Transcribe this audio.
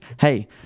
hey